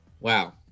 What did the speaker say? Wow